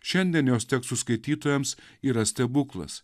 šiandien jos tekstų skaitytojams yra stebuklas